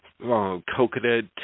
coconut